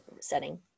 setting